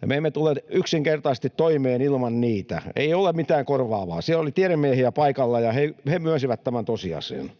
ja me emme tule yksinkertaisesti toimeen ilman niitä — ei ole mitään korvaavaa. Siellä oli tiedemiehiä paikalla, ja he myönsivät tämän tosiasian.